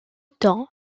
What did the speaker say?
temps